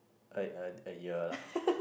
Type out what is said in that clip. I a a year lah